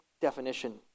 definition